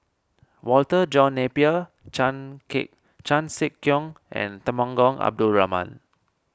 Walter John Napier chan K Chan Sek Keong and Temenggong Abdul Rahman